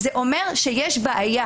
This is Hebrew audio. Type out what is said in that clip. אז זה אומר שיש בעיה.